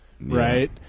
right